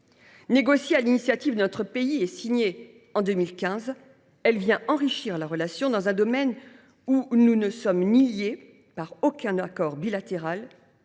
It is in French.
Négociée sur l’initiative de notre pays et signée en 2015, elle vient enrichir la relation dans un domaine où nous ne sommes liés par aucun accord bilatéral